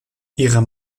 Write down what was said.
ihre